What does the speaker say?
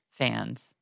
fans